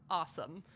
awesome